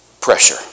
Pressure